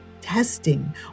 Testing